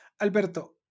Alberto